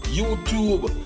YouTube